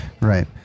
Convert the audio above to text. Right